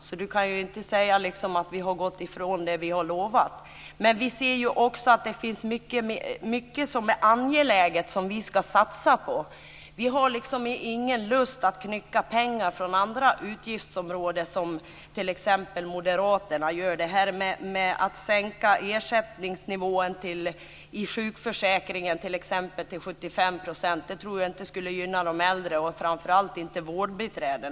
Cristina kan därför inte säga att vi har gått ifrån det som vi har lovat. Men vi ser också att det finns mycket som är angeläget och som vi ska satsa på. Vi har ingen lust att knycka pengar från andra utgiftsområden, som t.ex. Moderaterna gör. Att sänka ersättningsnivån i sjukförsäkringen till 75 % tror jag t.ex. inte skulle gynna de äldre, och framför allt inte vårdbiträdena.